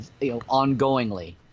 ongoingly